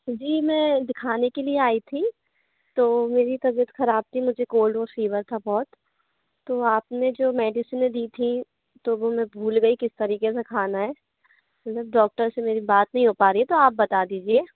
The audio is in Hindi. जी मैं दिखाने के लिए आई थी तो मेरी तबियत ख़राब थी मुझे कोल्ड और फीवर था बहुत तो आप ने जो मेडिसिनें दी थी तो वो मैं भूल गई किस तरीक़े से खाना है मतलब डॉक्टर से मेरी बात नहीं हो पा रही तो आप बता दीजिए